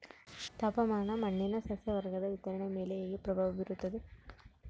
ತಾಪಮಾನ ಮಣ್ಣಿನ ಸಸ್ಯವರ್ಗದ ವಿತರಣೆಯ ಮೇಲೆ ಹೇಗೆ ಪ್ರಭಾವ ಬೇರುತ್ತದೆ?